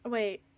Wait